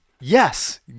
Yes